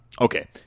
okay